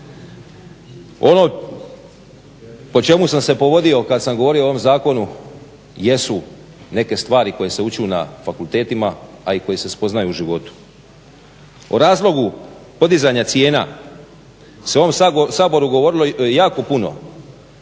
Ono po čemu sam se povodio kad sam govorio o ovom zakonu jesu neke stvari koje se uče na fakultetima, a i koje se spoznaju u životu. O razlogu podizanja cijena se u ovom Saboru govorilo jako puno,